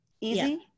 Easy